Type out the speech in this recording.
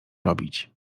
robić